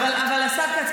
אבל השר כץ,